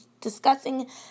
discussing